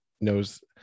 knows